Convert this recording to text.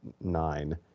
Nine